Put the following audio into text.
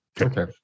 Okay